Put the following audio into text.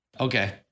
Okay